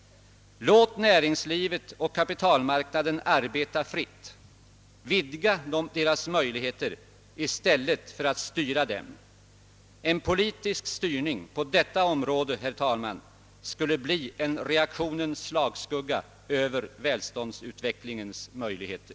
Låt näringslivet och kapitalmarknaden arbeta fritt! Vidga deras möjligheter i stället för att styra dem! En politisk styrning på detta område, herr talman, skulle bli en reaktionens slagskugga över välståndsutvecklingens möjligheter.